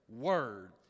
Word